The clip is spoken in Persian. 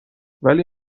ولی